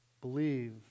Believe